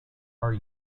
are